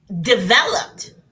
developed